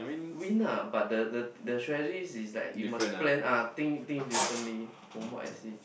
win lah but the the the strategies is like you must plan ah think think differently from what I see